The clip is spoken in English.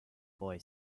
boy